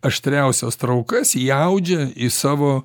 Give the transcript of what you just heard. aštriausias traukas įaudžia į savo